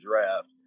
draft